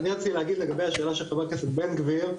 אני רציתי להגיב לגבי השאלה של חבר הכנסת בן גביר,